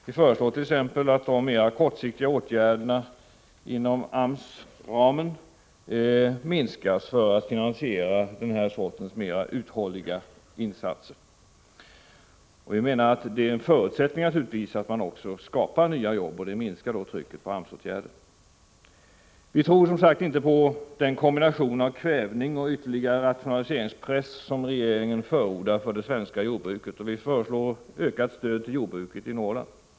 Vi föreslår t.ex. att de mera kortsiktiga åtgärderna inom AMS ram minskas för finansiering av den här sortens mera varaktiga insatser. Vi menar att det naturligtvis är en förutsättning för att det skapas nya arbeten, vilket skulle minska behovet av AMS-åtgärder. Vi tror, som sagt, inte på den kombination av kvävning och ytterligare rationaliseringspress som regeringen förordar för det svenska jordbruket. Vi föreslår ökat stöd till jordbruket i Norrland.